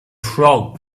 frog